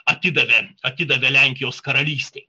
atidavė atidavė lenkijos karalystei